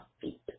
feet